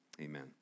amen